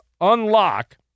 unlock